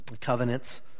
covenants